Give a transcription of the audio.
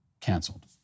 canceled